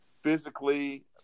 physically